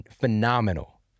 phenomenal